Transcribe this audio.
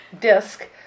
disc